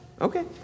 okay